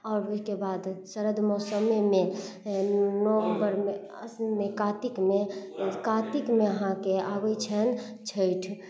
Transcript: आओर ओहिके बाद सरद मौसममे नवम्बरमे कातिकमे कातिकमे अहाँके आबै छै छठि